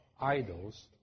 idols